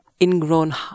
ingrown